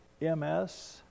MS